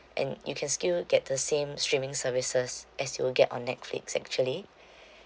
and you can still get the same streaming services as you'll get on netflix actually